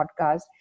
podcast